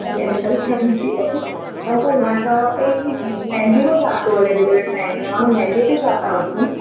अड़े अंकल समुझ जो अंकल मां चवां पेई मेंदी में छा थो हले अॼुकल्ह ट्रेंड में माण्हू मेंदीअ ते छा था वठनि